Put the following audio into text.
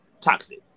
toxic